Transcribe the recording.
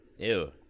Ew